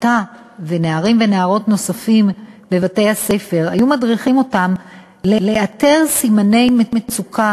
ונערים ונערות נוספים בבתי-הספר לאתר סימני מצוקה